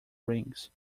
rings